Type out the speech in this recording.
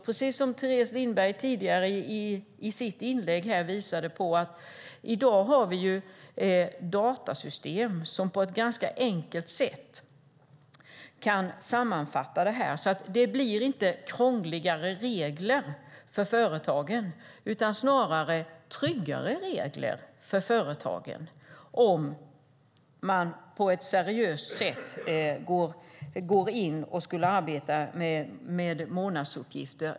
Teres Lindberg visade tidigare i sitt inlägg på att vi i dag har datasystem som på ett ganska enkelt sätt kan sammanfatta det här. Det blir alltså inte krångligare regler för företagen utan snarare tryggare regler för företagen om man på ett seriöst sätt går in och arbetar med månadsuppgifter.